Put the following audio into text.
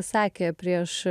sakė prieš